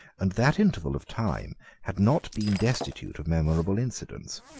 and that interval of time had not been destitute of memorable incidents.